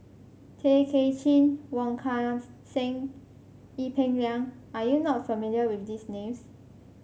Tay Kay Chin Wong Kan Seng Ee Peng Liang are you not familiar with these names